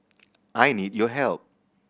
I need your help